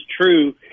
true